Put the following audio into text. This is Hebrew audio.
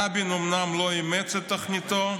רבין אומנם לא אימץ את תוכניתו,